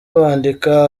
bandika